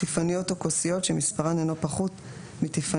טיפניות או כוסיות שמספרן אינו פחות מטיפנית